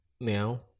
now